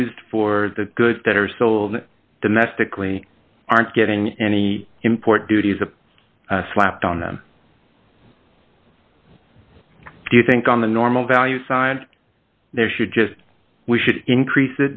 used for the goods that are sold domestically aren't getting any import duties of slapped on them do you think on the normal value there should just we should increase